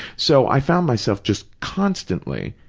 so, i found myself just constantly,